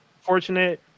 fortunate